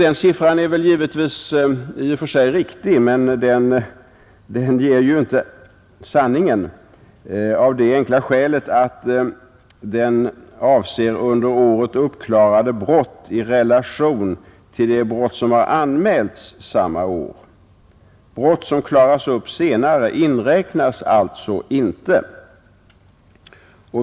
Den siffran är givetvis i och för sig riktig, men den ger inte sanningen, av det enkla skälet att den avser under året uppklarade brott i relation till de brott som har anmälts samma år. Brott som klarats upp senare inräknas alltså inte.